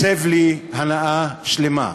מסב לי הנאה שלמה,